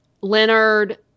Leonard